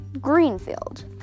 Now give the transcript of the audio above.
Greenfield